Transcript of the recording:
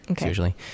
usually